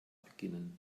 beginnen